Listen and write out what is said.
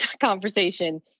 conversation